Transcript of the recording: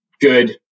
good